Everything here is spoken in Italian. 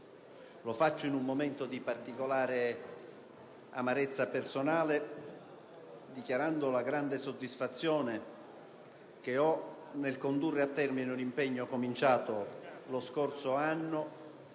Lo faccio in un momento di particolare amarezza personale, dichiarando la grande soddisfazione che ho nel condurre a termine un impegno cominciato lo scorso anno,